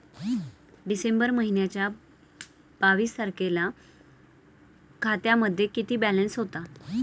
डिसेंबर महिन्याच्या बावीस तारखेला खात्यामध्ये किती बॅलन्स होता?